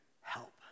help